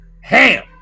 ham